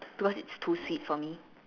because it's too sweet for me